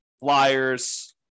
flyers